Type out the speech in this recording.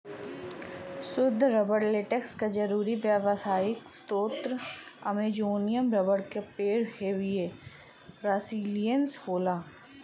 सुद्ध rubber latex क जरुरी व्यावसायिक स्रोत अमेजोनियन रबर क पेड़ हेविया ब्रासिलिएन्सिस होला